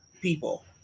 people